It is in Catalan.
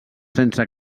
sense